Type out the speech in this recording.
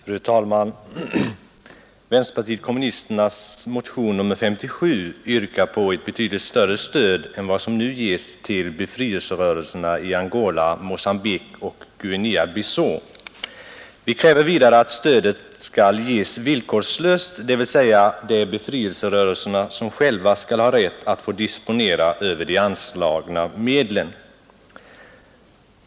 Fru talman! I vänsterpartiet kommunisternas motion nr 57 hemställes om ett betydligt större stöd än det som nu ges till befrielserörelserna i Angola, Mocambique och Guinea-Bissau. Vi kräver vidare att stödet skall ges villkorslöst, dvs. befrielserörelserna skall själva ha rätt att få disponera över de anslagna medlen.